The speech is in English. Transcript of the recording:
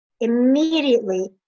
immediately